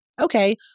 okay